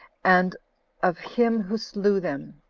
and of him who slew them.